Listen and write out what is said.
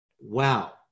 Wow